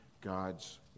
god's